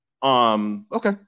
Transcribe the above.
Okay